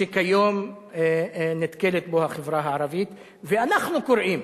שכיום נתקלת בו החברה הערבית, ואנחנו קוראים